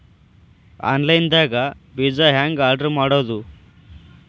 Online ದಾಗ ಬೇಜಾ ಹೆಂಗ್ ಆರ್ಡರ್ ಮಾಡೋದು?